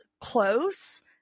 close